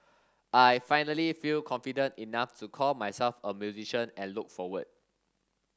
I finally feel confident enough to call myself a musician and look forward